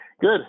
Good